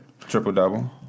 Triple-double